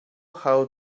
how